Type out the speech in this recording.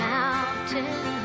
Mountain